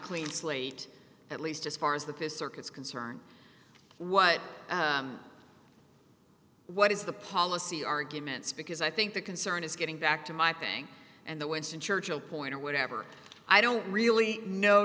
clean slate at least as far as that this circus concerned what what is the policy arguments because i think the concern is getting back to my ping and the winston churchill point or whatever i don't really kno